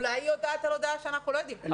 אולי היא יודעת משהו שאנחנו לא יודעים.